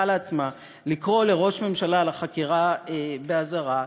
לעצמה לקרוא לראש ממשלה לחקירה באזהרה,